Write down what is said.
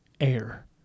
air